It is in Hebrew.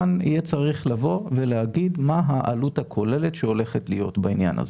כאן יהיה צריך לבוא ולהגיד מה העלות הכוללת שהולכת להיות בעניין הזה.